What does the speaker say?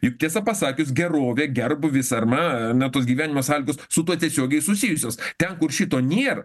juk tiesą pasakius gerovė gerbūvis arma ane tos gyvenimo sąlygos su tuo tiesiogiai susijusios ten kur šito nėr